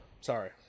sorry